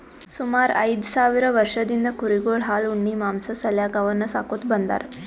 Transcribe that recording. ಸುಮಾರ್ ಐದ್ ಸಾವಿರ್ ವರ್ಷದಿಂದ್ ಕುರಿಗೊಳ್ ಹಾಲ್ ಉಣ್ಣಿ ಮಾಂಸಾ ಸಾಲ್ಯಾಕ್ ಅವನ್ನ್ ಸಾಕೋತ್ ಬಂದಾರ್